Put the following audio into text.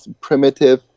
primitive